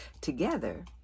together